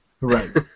Right